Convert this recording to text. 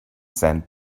sand